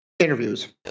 interviews